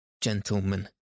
gentlemen